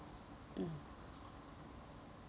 mm